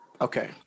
okay